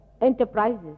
enterprises